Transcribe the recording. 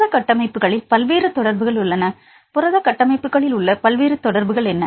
புரத கட்டமைப்புகளில் பல்வேறு தொடர்புகள் உள்ளன புரத கட்டமைப்புகளில் உள்ள பல்வேறு தொடர்புகள் என்ன